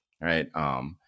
right